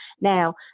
Now